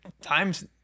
times